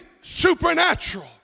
supernatural